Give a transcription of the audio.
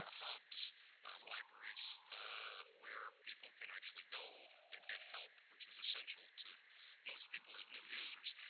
ah hubs libraries where people can actually go and get help, which is essential to most people as new users.